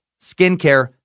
skincare